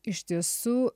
iš tiesų